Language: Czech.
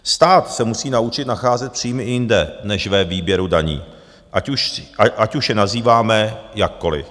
Stát se musí naučit nacházet příjmy i jinde než ve výběru daní, ať už je nazýváme jakkoliv.